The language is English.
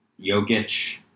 Jokic